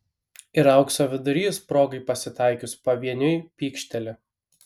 ir aukso vidurys progai pasitaikius pavieniui pykšteli